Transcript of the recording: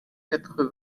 quatre